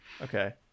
Okay